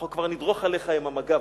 אנחנו כבר נדרוך עליך עם המגב,